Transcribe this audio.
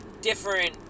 different